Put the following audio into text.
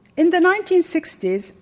in the nineteen sixty s,